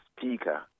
speaker